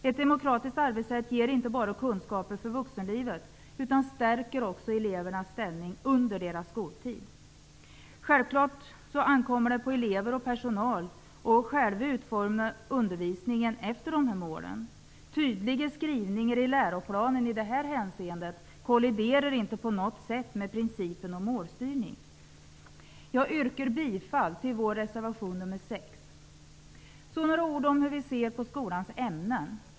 Ett demokratiskt arbetssätt ger inte bara kunskaper för vuxenlivet utan stärker också elevernas ställning under skoltiden. Självklart ankommer det på elever och personal att själva utforma undervisningen efter dessa mål. Tydliga skrivningar i läroplanen i detta avseende kolliderar inte på något sätt med principen om målstyrning. Jag yrkar bifall till vår reservation nr 6. Så några ord om hur vi ser på skolans ämnen.